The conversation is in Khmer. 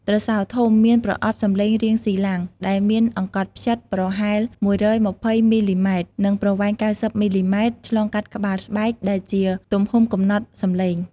ទ្រសោធំ មានប្រអប់សំឡេងរាងស៊ីឡាំង ដែលមានអង្កត់ផ្ចិតប្រហែល ១២០ មីលីម៉ែត្រ និងប្រវែង ៩០ មីលីម៉ែត្រ ឆ្លងកាត់ក្បាលស្បែក ដែលជាទំហំកំណត់សម្លេង។